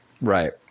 Right